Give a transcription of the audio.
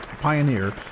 pioneer